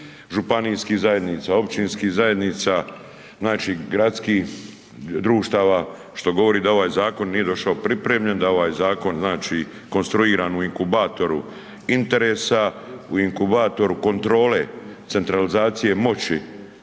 županijskih zajednica, općinskih zajednica, znači gradskih društava, što govori da ovaj zakon nije došao pripremljen, da je ovaj zakon znači konstruiran u inkubatoru interesa, u inkubatoru kontrole centralizacije moći